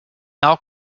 now